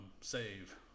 save